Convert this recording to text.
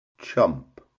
Chump